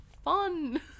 fun